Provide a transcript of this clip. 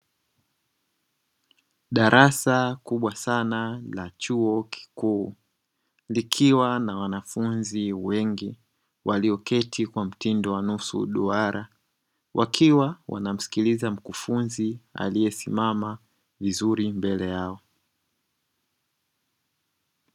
Darasa kubwa sana la chuo kikuu, likiwa na wanafunzi wengi walioketi kwa mtindo wa nusu duara, wakiwa wanamsikiliza mkufunzi aliyesimama vizuri mbele yao.